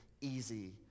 easy